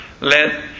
let